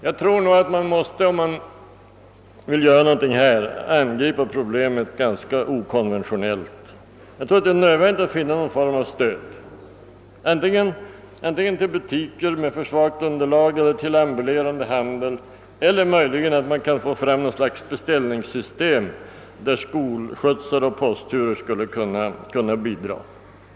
Jag tror att man måste angripa problemet ganska okonventionellt. Det är nödvändigt att finna någon form av stöd, antingen det gäller butiker med alltför svagt kundunderlag eller ambulerande handel. Kanske man skulle kunna skapa någon sorts beställningssystem, där skolskjutsar och postturer skulle kunna utnyttjas.